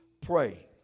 pray